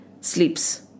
sleeps